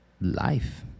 Life